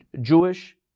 Jewish